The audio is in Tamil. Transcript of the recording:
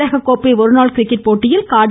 உலகக்கோப்பை ஒருநாள் கிரிக்கெட் போட்டியில் காாடி